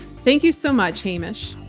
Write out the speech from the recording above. thank you so much, hamish.